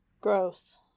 Gross